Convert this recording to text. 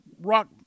rock